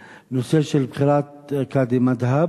לבחירת קאדי מד'הב.